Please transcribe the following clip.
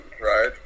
right